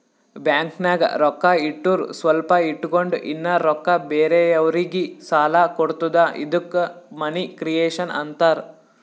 ಬ್ಯಾಂಕ್ನಾಗ್ ರೊಕ್ಕಾ ಇಟ್ಟುರ್ ಸ್ವಲ್ಪ ಇಟ್ಗೊಂಡ್ ಇನ್ನಾ ರೊಕ್ಕಾ ಬೇರೆಯವ್ರಿಗಿ ಸಾಲ ಕೊಡ್ತುದ ಇದ್ದುಕ್ ಮನಿ ಕ್ರಿಯೇಷನ್ ಆಂತಾರ್